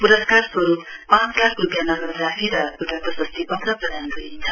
पुरस्कार स्वरुप पाँच लाख रुपियाँ नगद राशि र एउटा प्रशस्ति पत्र प्रदान गरिन्छ